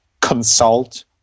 consult